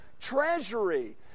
treasury